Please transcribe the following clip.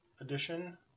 edition